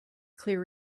clear